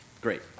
great